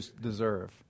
deserve